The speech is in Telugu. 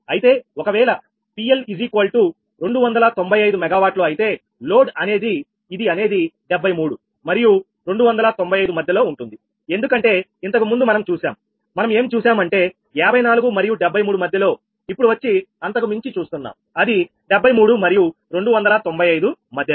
అయితే ఒకవేళ PL295 MW అయితే లోడ్ ఇది అనేది 73 మరియు 295 మధ్యలో ఉంటుంది ఎందుకంటే ఇంతకు ముందు మనం చూశాం మనం ఏమి చూశాము అంటే 54 మరియు 73 మధ్యలో ఇప్పుడు వచ్చి అంతకుమించి చూస్తున్నాం అది 73 మరియు 295 మధ్యలో